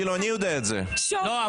לוועדת חוקה.